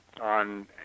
on